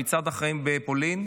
במצעד החיים בפולין,